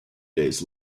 days